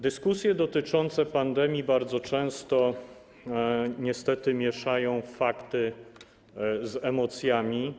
Dyskusje dotyczące pandemii bardzo często niestety mieszają fakty z emocjami.